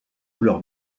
couleur